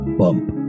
bump